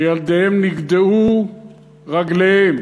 שילדיהם נגדעו רגליהם,